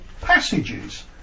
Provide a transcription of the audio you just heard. passages